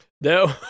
No